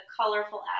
colorful